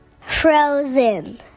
Frozen